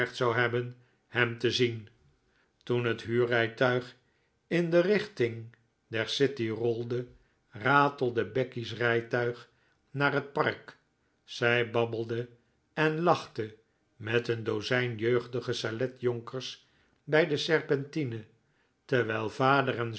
zou hebben hem te zien toen het huurrijtuig in de richting der city rolde ratelde becky's rijtuig naar het park zij babbelde en lachte met een dozijn jeugdige saletjonkers bij de serpentine terwijl vader en